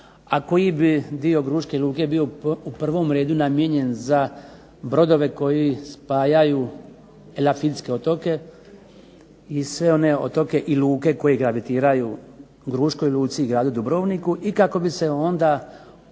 koji bi dio Gruške luke bio u prvom redu namijenjen za brodove koji spajaju …/Ne razumije se./… otoke i sve one otoke i luke koji gravitiraju Gruškoj luci i gradu Dubrovniku i kako bi se onda zatvorio